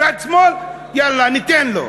צד שמאל, יאללה ניתן לו.